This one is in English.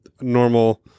normal